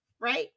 right